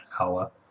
hour